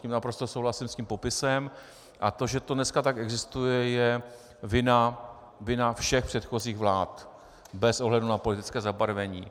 Naprosto souhlasím s tím popisem a to, že to dneska takto existuje, je vina všech předchozích vlád bez ohledu na politické zabarvení.